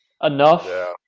enough